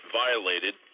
violated